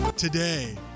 Today